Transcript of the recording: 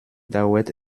dauert